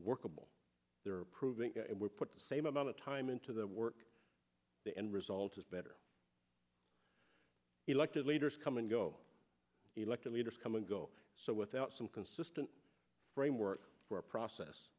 workable they're proving we're put the same amount of time into the work the end result is better elected leaders come and go elected leaders come and go so without some consistent framework for a